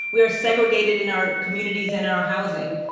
we are segregated in our communities and our housing.